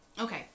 Okay